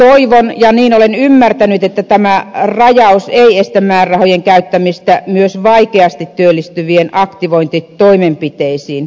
toivon ja niin olen ymmärtänyt että tämä rajaus ei estä määrärahojen käyttämistä myös vaikeasti työllistyvien aktivointitoimenpiteisiin